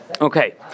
Okay